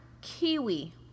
kiwi